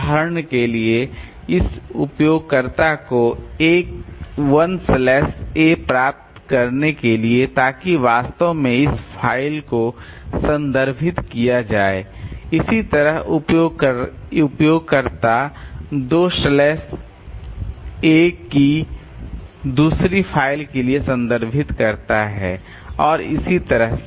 उदाहरण के लिए इस उपयोगकर्ता को 1 स्लैश a प्राप्त करने के लिए ताकि वास्तव में इस फ़ाइल को संदर्भित किया जाए इसी तरह उपयोगकर्ता 2 स्लैश a को दूसरी फ़ाइल के लिए संदर्भित करता है और इस तरह से